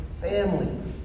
family